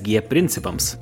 g principams